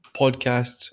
podcasts